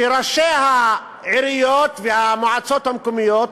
שראשי העיריות והמועצות המקומיות